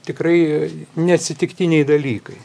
tikrai neatsitiktiniai dalykai